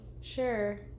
Sure